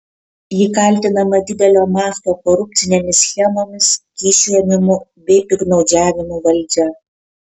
ji kaltinama didelio masto korupcinėmis schemomis kyšių ėmimu bei piktnaudžiavimu valdžia